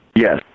Yes